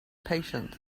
patience